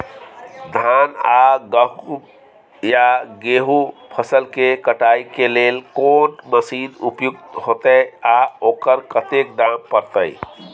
धान आ गहूम या गेहूं फसल के कटाई के लेल कोन मसीन उपयुक्त होतै आ ओकर कतेक दाम परतै?